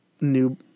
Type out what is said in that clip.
new